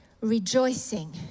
Rejoicing